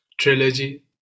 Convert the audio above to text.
trilogy